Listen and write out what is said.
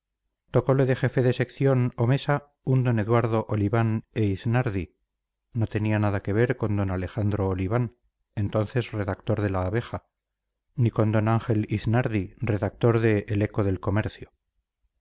tocole de jefe de sección o mesa un d eduardo oliván e iznardi no tenía nada que ver con d alejandro oliván entonces redactor de la abeja ni con d ángel iznardi redactor de el eco del comercio